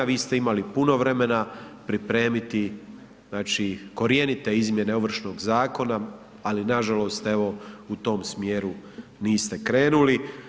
Vi ste imali puno vremena pripremiti korjenite izmjene Ovršnog zakona, ali nažalost evo u tom smjeru niste krenili.